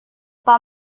pak